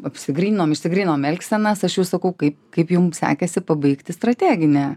apsigrynom išsigryninom elgsenas aš jau sakau kaip kaip jum sekėsi pabaigti strateginę